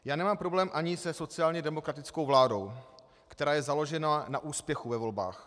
Já nemám problém ani se sociálně demokratickou vládou, která je založena na úspěchu ve volbách.